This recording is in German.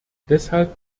deshalb